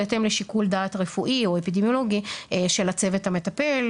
בהתאם לשיקול דעת רפואי או אפידמיולוגי של הצוות המטפל.